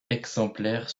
exemplaires